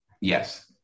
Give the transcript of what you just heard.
yes